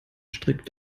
strick